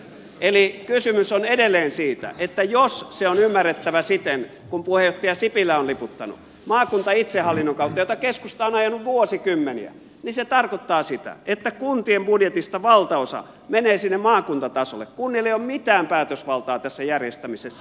eli kysymys on edelleen siitä että jos se on ymmärrettävä siten kuin puheenjohtaja sipilä on liputtanut maakuntaitsehallinnon kautta jota keskusta on ajanut vuosikymmeniä niin se tarkoittaa sitä että kuntien budjetista valtaosa menee sinne maakuntatasolle kunnilla ei ole mitään päätösvaltaa tässä järjestämisessä